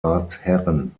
ratsherren